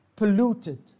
Polluted